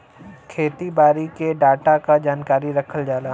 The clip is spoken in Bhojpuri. खेती बारी के डाटा क जानकारी रखल जाला